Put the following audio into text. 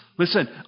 Listen